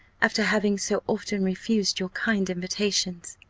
after having so often refused your kind invitations.